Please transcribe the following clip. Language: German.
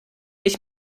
ich